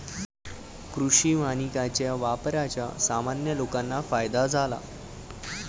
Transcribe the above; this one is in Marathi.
कृषी वानिकाच्या वापराचा सामान्य लोकांना फायदा झाला